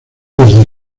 desde